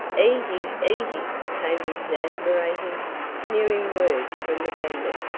easy, easy, came the exasperating, sneering words from the bandit.